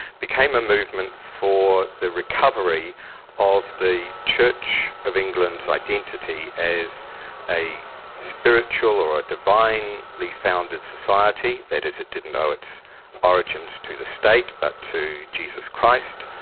became a movement for the recovery of the church of england's identity as a spiritual or a divinely founded society, that is, it didn't owe its origins to the state but to jesus christ,